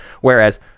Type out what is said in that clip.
whereas